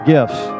Gifts